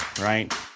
right